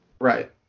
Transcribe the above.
right